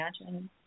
imagine